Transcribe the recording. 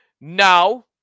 Now